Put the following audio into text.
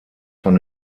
von